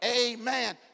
Amen